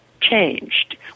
changed